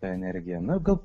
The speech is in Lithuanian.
ta energija na gal